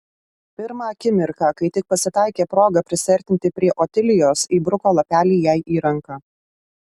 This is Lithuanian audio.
pirmą akimirką kai tik pasitaikė proga prisiartinti prie otilijos įbruko lapelį jai į ranką